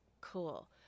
Cool